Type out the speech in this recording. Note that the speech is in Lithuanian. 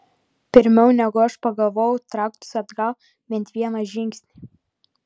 pirmiau negu aš pagalvojau trauktis atgal bent vieną žingsnį